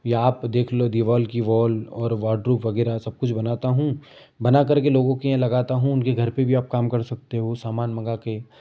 या आप देख लो दीवाल की वॉल और वार्डरोब वगैरह सब कुछ बनाता हूँ बनाकर के लोगों के यहाँ लगाता हूँ उनके घर पर भी आप काम कर सकते हो सामान मंगा के